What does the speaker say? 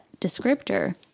descriptor